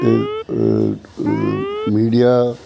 media